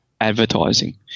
advertising